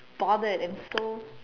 bothered and so